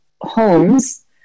homes